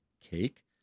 Cake